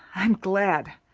i'm glad.